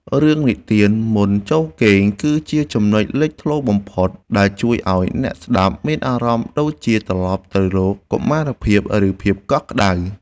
រឿងនិទានមុនចូលគេងគឺជាចំណុចលេចធ្លោបំផុតដែលជួយឱ្យអ្នកស្តាប់មានអារម្មណ៍ដូចជាត្រឡប់ទៅរកកុមារភាព ឬ ភាពកក់ក្តៅ។